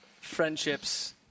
friendships